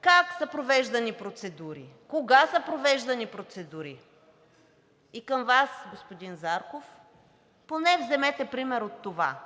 как са провеждани процедури, кога са провеждани процедури, и към Вас, господин Зарков, поне вземете пример от това,